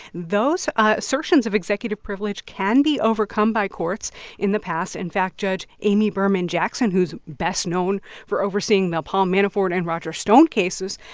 those assertions of executive privilege can be overcome by courts in the past. in fact, judge amy berman jackson, who's best known for overseeing the paul manafort and roger stone cases,